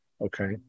Okay